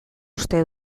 uste